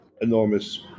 enormous